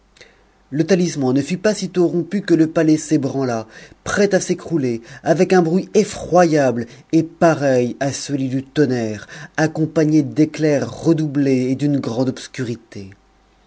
le talisman ne fut pas si tôt rompu que le palais s'ébranla prêt à s'écrouler avec un bruit effroyable et pareil à celui du tonnerre accompagné d'éclairs redoublés et d'une grande obscurité